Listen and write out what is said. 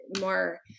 more